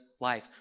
life